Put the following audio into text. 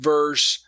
Verse